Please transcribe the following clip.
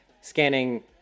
scanning